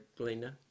Belinda